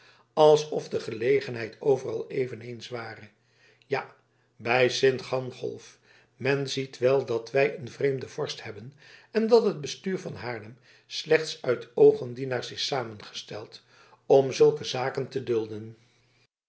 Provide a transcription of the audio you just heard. alsof de gelegenheid overal eveneens ware ja bij sint gangolf men ziet wel dat wij een vreemden vorst hebben en dat het bestuur van haarlem slechts uit oogendienaars is samengesteld om zulke zaken te dulden